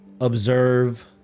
observe